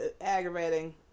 aggravating